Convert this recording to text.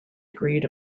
agreed